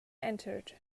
entered